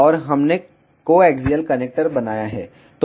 और हमने coaxial connector बनाया है